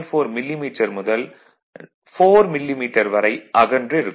4 millimetre முதல் 4 millimetre வரை அகன்று இருக்கும்